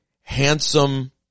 handsome